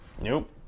Nope